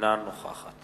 אינה נוכחת